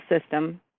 system